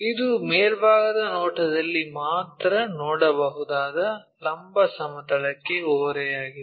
ಇದು ಮೇಲ್ಭಾಗದ ನೋಟದಲ್ಲಿ ಮಾತ್ರ ನೋಡಬಹುದಾದ ಲಂಬ ಸಮತಲಕ್ಕೆ ಓರೆಯಾಗಿದೆ